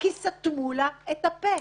כי סתמו לה את הפה.